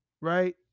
right